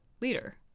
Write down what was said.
leader